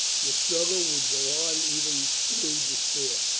the struggle would go on even through despair.